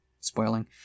spoiling